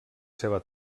seva